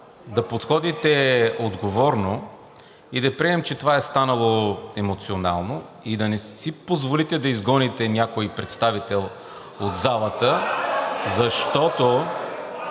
да подходите отговорно и да приемем, че това е станало емоционално и да не си позволите да изгоните някой представител от залата